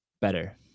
better